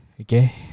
okay